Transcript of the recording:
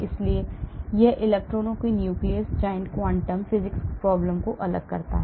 इसलिए यह इलेक्ट्रॉनों के nucleus giant quantum physics problem को अलग करता है